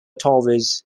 towers